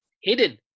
Hidden